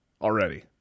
already